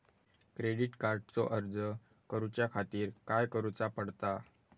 Credit कार्डचो अर्ज करुच्या खातीर काय करूचा पडता?